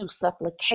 supplication